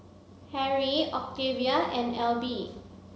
Harry Octavia and Elby